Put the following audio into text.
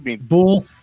Bull